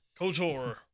KOTOR